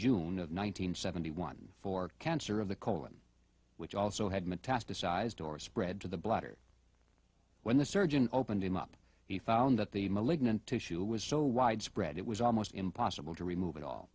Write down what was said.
june of one nine hundred seventy one for cancer of the colon which also had metastasized or spread to the bladder when the surgeon opened him up he found that the malignant tissue was so widespread it was almost impossible to remove it all